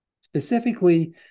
Specifically